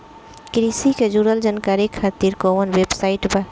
कृषि से जुड़ल जानकारी खातिर कोवन वेबसाइट बा?